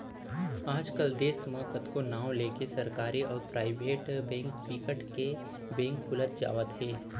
आज कल देस म कतको नांव लेके सरकारी अउ पराइबेट बेंक बिकट के बेंक खुलत जावत हे